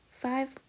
five